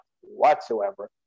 whatsoever